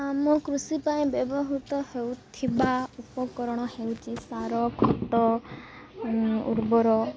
ଆମ କୃଷି ପାଇଁ ବ୍ୟବହୃତ ହେଉଥିବା ଉପକରଣ ହେଉଛି ସାର ଖତ ଉର୍ବର